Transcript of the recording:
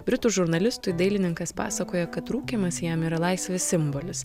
britų žurnalistui dailininkas pasakoja kad rūkymas jam yra laisvės simbolis